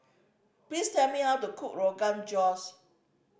please tell me how to cook Rogan Josh